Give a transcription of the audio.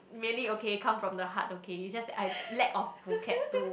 really okay come from the heart okay is just that I lack of vocab to